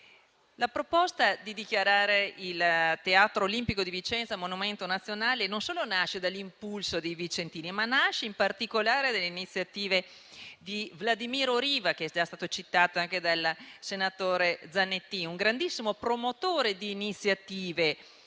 La proposta di dichiarare il Teatro Olimpico di Vicenza monumento nazionale non nasce solo dall'impulso di vicentini, ma in particolare dalle iniziative di Vladimiro Riva, che è già stato citato anche dal senatore Zanettin, un grandissimo promotore di iniziative